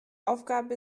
aufgabe